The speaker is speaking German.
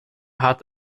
hat